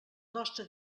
nostre